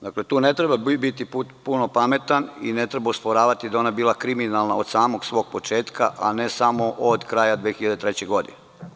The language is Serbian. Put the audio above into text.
Dakle, tu ne treba biti puno pametan i ne treba osporavati da je ona bila kriminalna od samog svog početka, a ne samo od kraja 2003. godine.